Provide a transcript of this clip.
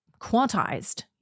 quantized